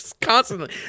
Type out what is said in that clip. Constantly